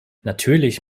natürlich